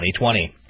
2020